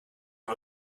all